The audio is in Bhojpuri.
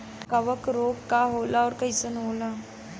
कवक रोग का होला अउर कईसन होला?